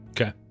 Okay